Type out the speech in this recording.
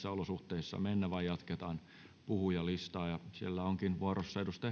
olosuhteissa mennä vaan jatketaan puhujalistaa